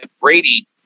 Brady